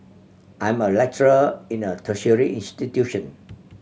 I am a lecturer in a tertiary institution